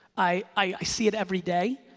i see it everyday,